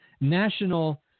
national